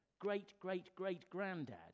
great-great-great-granddad